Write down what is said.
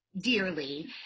dearly